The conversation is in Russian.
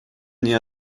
мне